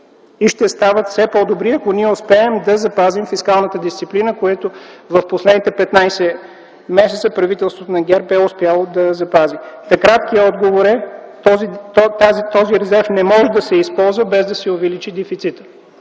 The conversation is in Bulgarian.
и ще стават все по-добри, ако ние успеем да запазим фискалната дисциплина, което в последните 15 месеца правителството на ГЕРБ е успяло да запази. Краткият отговор е, че този резерв не може да се използва, без да се увеличи дефицитът.